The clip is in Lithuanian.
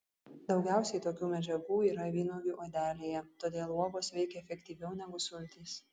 daugiausiai tokių medžiagų yra vynuogių odelėje todėl uogos veikia efektyviau negu sultys